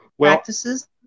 practices